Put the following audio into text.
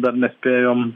dar nespėjom